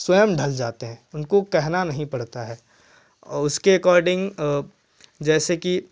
स्वयं ढल जाते हैं उनको कहना नहीं पड़ता है और उसके अकॉर्डिंग जैसे कि